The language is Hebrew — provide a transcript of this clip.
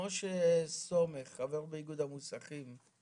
משה סומך, חבר באיגוד המוסכים.